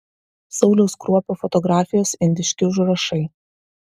sauliaus kruopio fotografijos indiški užrašai